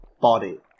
body